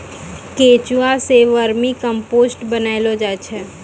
केंचुआ सें vermicompost बनैलो जाय छै